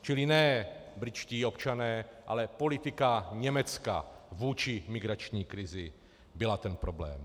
Čili ne britští občané, ale politika Německa vůči migrační krizi byla ten problém.